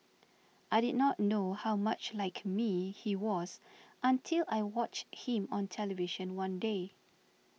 I did not know how much like me he was until I watch him on television one day